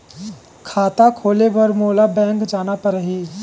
खाता खोले बर मोला बैंक जाना परही?